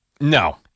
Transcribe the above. No